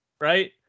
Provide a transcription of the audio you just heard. right